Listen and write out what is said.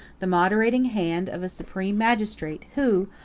the moderating hand of a supreme magistrate, who,